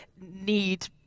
need